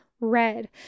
red